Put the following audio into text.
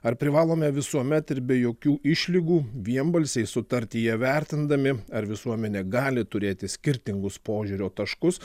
ar privalome visuomet ir be jokių išlygų vienbalsiai sutartyje vertindami ar visuomenė gali turėti skirtingus požiūrio taškus